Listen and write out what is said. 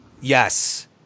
Yes